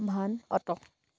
van auto